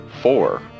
four